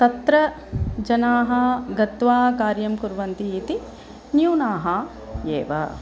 तत्र जनाः गत्वा कार्यं कुर्वन्ति इति न्यूनाः एव